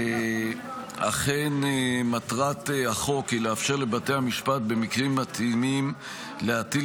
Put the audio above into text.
אכן מטרת החוק היא לאפשר לבתי המשפט במקרים מתאימים להטיל